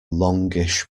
longish